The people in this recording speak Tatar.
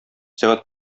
сәгать